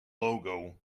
logo